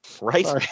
right